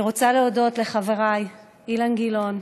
אני רוצה להודות לחבריי אילן גילאון